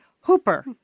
Hooper